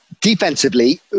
Defensively